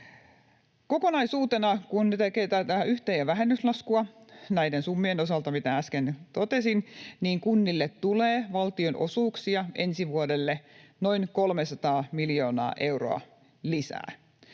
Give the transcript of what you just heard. Kokonaisuutena, kun tekee tätä yhteen‑ ja vähennyslaskua näiden summien osalta, mitä äsken totesin, kunnille tulee valtionosuuksia ensi vuodelle noin 300 miljoonaa euroa lisää.